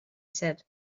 said